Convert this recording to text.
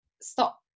stop